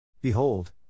Behold